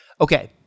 okay